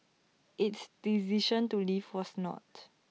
its decision to leave was not